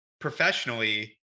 professionally